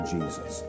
Jesus